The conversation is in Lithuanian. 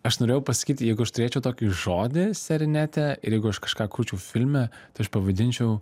aš norėjau pasakyti jeigu aš turėčiau tokį žodį serinetę ir jeigu aš kažką kurčiau filme aš pavadinčiau